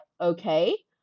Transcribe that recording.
okay